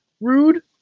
rude